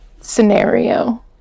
scenario